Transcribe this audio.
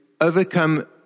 overcome